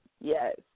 Yes